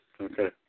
Okay